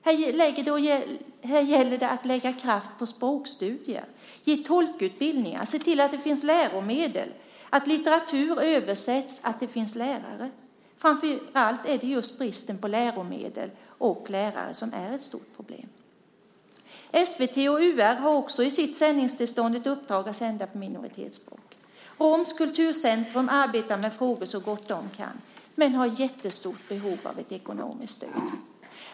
Här gäller det att lägga kraft på språkstudier, ge tolkutbildning, se till att det finns läromedel, att litteratur översätts och att det finns lärare. Framför allt är det just bristen på läromedel och lärare som är ett stort problem. SVT och UR har också i sitt sändningstillstånd ett uppdrag att sända på minoritetsspråk. Romskt kulturcentrum arbetar med frågor så gott de kan men har ett jättestort behov av ett ekonomiskt stöd.